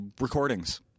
recordings